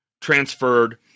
transferred